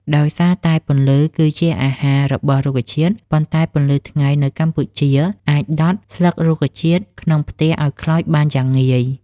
ដោយសារតែពន្លឺគឺជា អាហារ របស់រុក្ខជាតិ ប៉ុន្តែពន្លឺថ្ងៃនៅកម្ពុជាអាច ដុត ស្លឹករុក្ខជាតិក្នុងផ្ទះឱ្យខ្លោចបានយ៉ាងងាយ។